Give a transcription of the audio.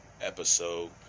episode